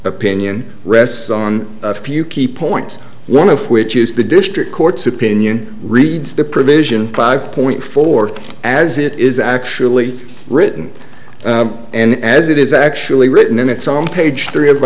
opinion rests on a few key points one of which is the district court's opinion reads the provision five point four as it is actually written and as it is actually written and it's on page three of